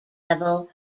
level